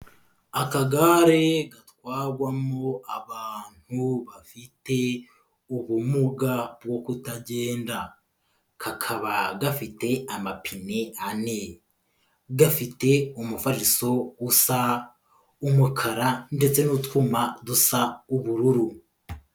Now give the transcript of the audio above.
Akagare gatwarwamo abantu bafite ubumuga bwo kutagenda, kakaba gafite amapine ane, gafite umufariso usa umukara ndetse n'utwuma dusa ubururu.